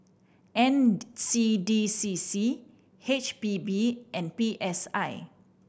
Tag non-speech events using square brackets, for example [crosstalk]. N [unintelligible] C D C C H P B and P S I